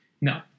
No